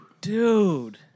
Dude